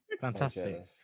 fantastic